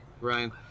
Ryan